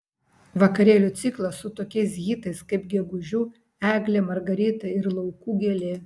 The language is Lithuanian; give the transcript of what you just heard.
vakarėlių ciklas su tokiais hitais kaip gegužiu eglė margarita ir laukų gėlė